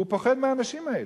הוא פוחד מהאנשים האלה.